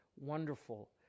wonderful